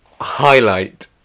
highlight